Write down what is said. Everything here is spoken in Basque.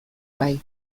bai